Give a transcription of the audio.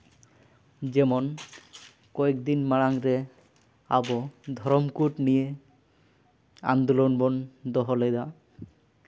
ᱡᱮᱢᱚᱱ ᱠᱚᱭᱮᱠᱫᱤᱱ ᱢᱟᱲᱟᱝ ᱨᱮ ᱟᱵᱚ ᱫᱷᱚᱨᱚᱢ ᱠᱳᱰ ᱱᱤᱭᱮ ᱟᱱᱫᱳᱞᱚᱱ ᱵᱚᱱ ᱫᱚᱦᱚ ᱞᱮᱫᱟ